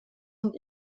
und